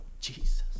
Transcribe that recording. Jesus